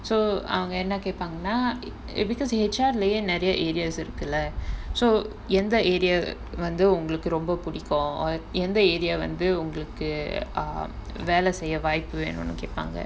so அவங்க என்ன கேபாங்கன்னா:avanga enna kaepangannaa because H_R லயே நிறைய:layae niraiya areas இருக்குல:irukkula so எந்த:entha area வந்து ஒங்களுக்கு ரொம்ப புடிக்கும் எந்த:vanthu ongalukku romba pudikum entha area வந்து ஒங்களுக்கு:vanthu ongalukku ah வேல செய்ய வாய்ப்பு வேணும்னு கேபாங்க:vela seiya vaaipu venumnu kaepaanga